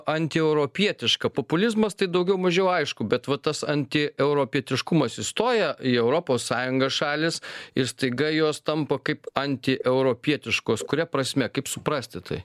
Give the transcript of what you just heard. antieuropietiška populizmas tai daugiau mažiau aišku bet va tas anti europietiškumas įstoja į europos sąjungą šalys ir staiga jos tampa kaip antieuropietiškos kuria prasme kaip suprasti tai